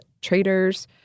traders